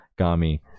Gami